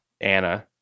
Anna